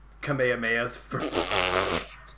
kamehameha's